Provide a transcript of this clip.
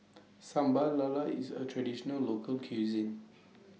Sambal Lala IS A Traditional Local Cuisine